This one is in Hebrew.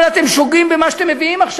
אבל אתם שוגים במה שאתם מביאים עכשיו.